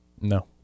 No